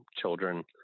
children